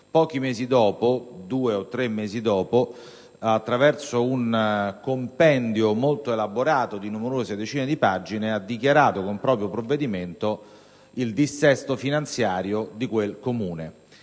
pochi mesi dopo (due o tre), attraverso un compendio molto elaborato di numerose decine di pagine, ha dichiarato con un proprio provvedimento il dissesto finanziario di quel Comune.